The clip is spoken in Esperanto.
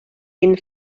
vin